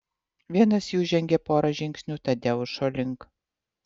vienas jų žengė porą žingsnių tadeušo link